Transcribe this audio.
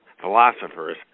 philosophers